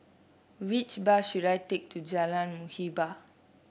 which bus should I take to Jalan Muhibbah